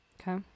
Okay